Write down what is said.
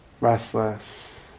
Restless